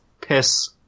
piss